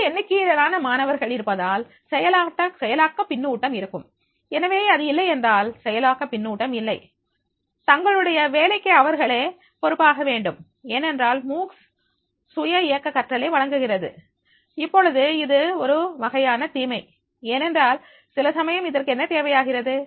அதிக எண்ணிக்கையிலான மாணவர்கள் இருப்பதால் செயலாக்கப் பின்னூட்டம் இருக்கும் எனவே அது இல்லையென்றால் செயலாக்க பின்னூட்டம் இல்லை தங்களுடைய வேலைக்கு அவர்களே பொறுப்பாக வேண்டும் ஏனென்றால் மூக்ஸ் சுய இயக்க கற்றலை வழங்குகிறது இப்பொழுது இது ஒரு வகையான தீமை ஏனென்றால் சில சமயம் இதற்கு என்ன தேவையாகிறது